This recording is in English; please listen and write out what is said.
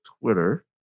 Twitter